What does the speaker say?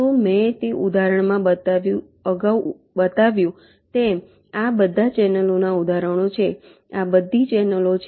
તો મેં તે ઉદાહરણમાં અગાઉ બતાવ્યું તેમ આ બધા ચેનલોના ઉદાહરણો છે આ બધી ચેનલો છે